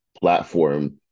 platform